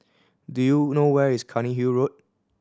do you know where is Cairnhill Road